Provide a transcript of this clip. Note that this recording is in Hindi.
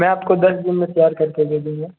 मैं आपको दस दिन में तैयार करके दे दूँगा